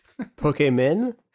Pokemon